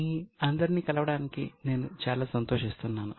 మీ అందరిని కలవడానికి నేను చాలా సంతోషిస్తున్నాను